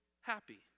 happy